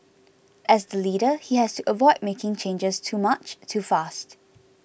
as the leader he has to avoid making changes too much too fast